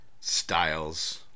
Styles